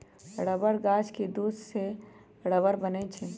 rubber गाछ के दूध से रबर बनै छै